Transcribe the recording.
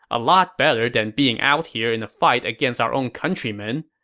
a lot better than being out here in a fight against our own countrymen.